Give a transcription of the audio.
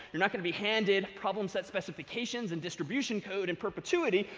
you're not going to be handed problem set specifications and distribution code in perpetuity,